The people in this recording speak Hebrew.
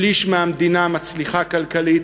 שליש מהמדינה מצליח כלכלית,